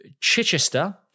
Chichester